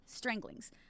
stranglings